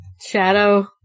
Shadow